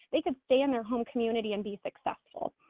they could stay in their home community and be successful,